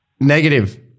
negative